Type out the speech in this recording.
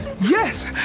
Yes